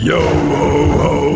Yo-ho-ho